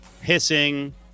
hissing